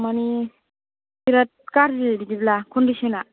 माने बिराद गाज्रि बिदिब्ला कन्डिसना